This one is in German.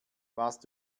warst